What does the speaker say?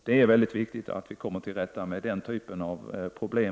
Det är mycket viktigt att vi också kommer till rätta med den typen av problem.